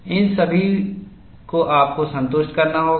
इन सभी को आपको संतुष्ट करना होगा